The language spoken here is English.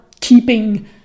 keeping